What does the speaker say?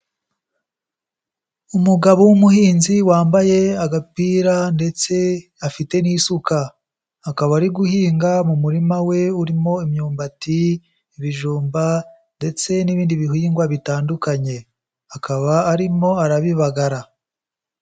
Umugabo w'umuhinzi wambaye agapira ndetse afite n'isuka, akaba ari guhinga mu murima we urimo imyumbati, ibijumba ndetse n'ibindi bihingwa bitandukanye, akaba arimo arabibagara.